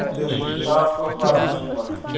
اسہِ حظ چھُ شاپ کۄپوارا مین مارکیٚٹ